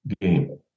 game